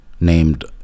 named